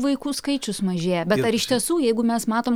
vaikų skaičius mažėja bet ar iš tiesų jeigu mes matom